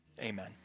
Amen